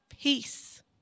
peace